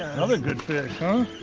another good fish, huh?